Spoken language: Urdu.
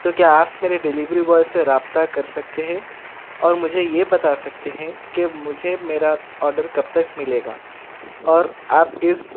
تو کیا آپ میرے ڈلیوری بوائے سے رابطہ کر سکتے ہیں اور مجھے یہ بتا سکتے ہیں کہ مجھے میرا آڈر کب تک ملے گا اور آپ اس